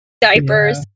diapers